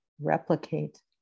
replicate